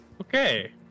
Okay